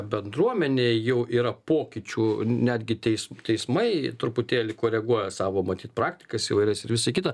bendruomenėj jau yra pokyčių netgi teis teismai truputėlį koreguoja savo matyt praktikas įvairias ir visa kita